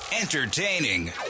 Entertaining